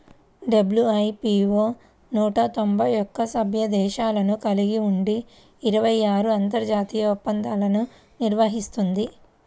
WIPO నూట తొంభై ఒక్క సభ్య దేశాలను కలిగి ఉండి ఇరవై ఆరు అంతర్జాతీయ ఒప్పందాలను నిర్వహిస్తుంది